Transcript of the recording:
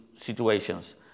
situations